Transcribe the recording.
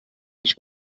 ich